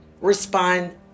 respond